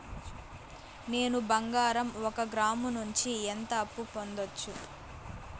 నేను బంగారం ఒక గ్రాము నుంచి ఎంత అప్పు పొందొచ్చు